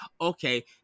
okay